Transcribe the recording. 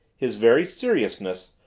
his very seriousness,